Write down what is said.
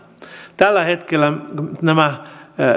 tällä hetkellä